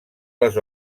les